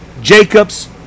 Jacob's